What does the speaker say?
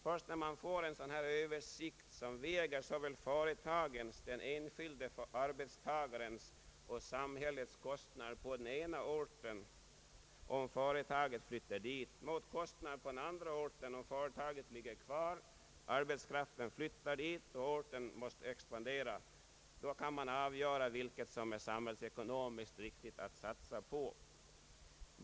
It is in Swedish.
Först när man får en sådan översikt, som väger såväl företagens, den enskilda arbetstagarens som samhällets kostnader på den ena orten — om företaget flyttar dit — mot kostnaderna på den andra orten om företaget ligger kvar, arbetskraften flyttar dit och orten måste expandera, kan man avgöra vilket som är samhällsekonomiskt riktigt att satsa på.